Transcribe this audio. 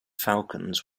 falcons